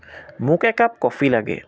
মোক একাপ কফি লাগে